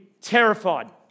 terrified